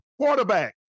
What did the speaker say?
quarterback